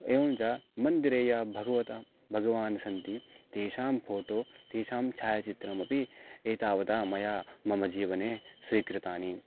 एवञ्च मन्दिरे यः भगवतां भगवान् सन्ति तेषां फोटो तेषां छायाचित्रमपि एतावत् मया मम जीवने स्वीकृतानि